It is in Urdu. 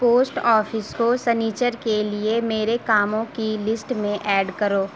پوسٹ آفس کو سنیچر کے لیے میرے کاموں کی لسٹ میں ایڈ کرو